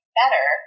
better